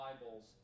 Bibles